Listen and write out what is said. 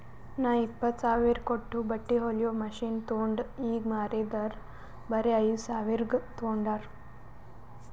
ನಾ ಇಪ್ಪತ್ತ್ ಸಾವಿರ ಕೊಟ್ಟು ಬಟ್ಟಿ ಹೊಲಿಯೋ ಮಷಿನ್ ತೊಂಡ್ ಈಗ ಮಾರಿದರ್ ಬರೆ ಐಯ್ದ ಸಾವಿರ್ಗ ತೊಂಡಾರ್